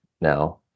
now